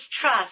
trust